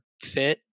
fit